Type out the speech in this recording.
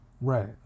Right